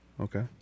Okay